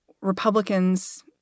Republicans